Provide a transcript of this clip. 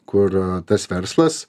kur tas verslas